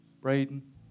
Braden